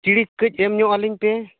ᱪᱤᱲᱤᱠ ᱠᱟᱹᱡ ᱮᱢ ᱧᱚᱜ ᱟᱹᱞᱤᱧ ᱯᱮ